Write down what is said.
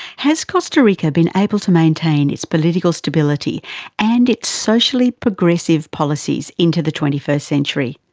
has costa rica been able to maintain its political stability and its socially progressive policies into the twenty first century?